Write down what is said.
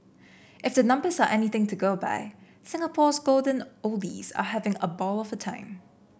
if the numbers are anything to go by Singapore's golden oldies are having a ball of a time